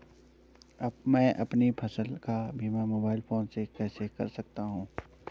मैं अपनी फसल का बीमा मोबाइल फोन से कैसे कर सकता हूँ?